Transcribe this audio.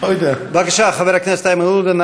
בבקשה, חבר הכנסת איימן עודה.